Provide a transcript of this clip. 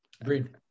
Agreed